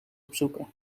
opzoeken